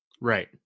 Right